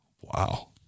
Wow